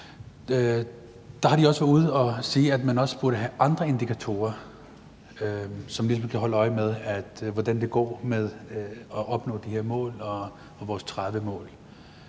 2025 har de været ude at sige, at man også burde have andre indikatorer, så man ligesom kan holde øje med, hvordan det går med at opnå de her mål og vores 2030-mål.